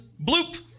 bloop